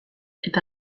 eta